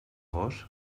gos